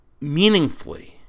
meaningfully